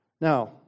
Now